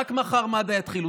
רק מחר מד"א יתחילו.